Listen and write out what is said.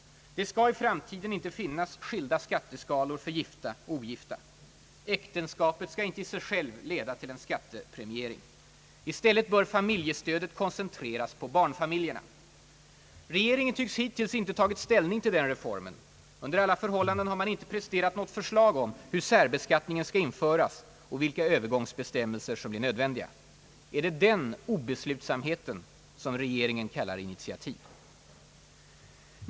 Det skall i framtiden inte finnas skilda skatteskalor för gifta och ogifta. Äktenskapet skall inte i sig självt leda till en skattepremiering. I stället bör familjestödet koncentreras på barnfamiljerna. — Regeringen tycks hittills inte ha tagit ställning till den reformen. Under alla förhållanden har man inte presterat något förslag om hur särbeskattningen skall införas och vilka övergångsbesiämmelser som blir nödvändiga. är det den obeslutsamheten som regeringen kallar initiativ?